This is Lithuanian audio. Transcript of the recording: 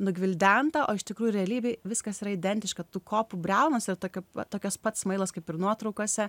nugvildenta o iš tikrųjų realybėj viskas yra identiška tų kopų briaunos yra tokios pat smailos kaip ir nuotraukose